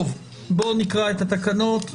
בואו נקרא את התקנות,